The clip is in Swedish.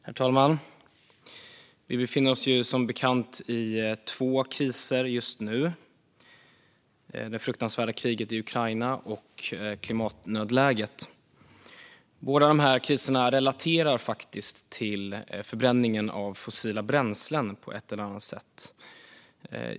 Herr talman! Vi befinner oss som bekant i två kriser just nu. Det är det fruktansvärda kriget i Ukraina, och det är klimatnödläget. Båda dessa kriser relaterar faktiskt till förbränningen av fossila bränslen på ett eller annat sätt.